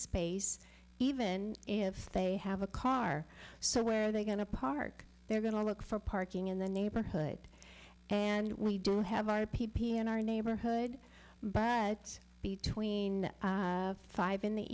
space even if they have a car so where are they going to park they're going to look for parking in the neighborhood and we do have our own our neighborhood but between five in the